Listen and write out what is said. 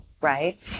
right